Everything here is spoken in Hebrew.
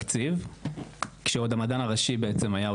כשעוד המדען הראשי היה,